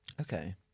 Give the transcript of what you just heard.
Okay